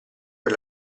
per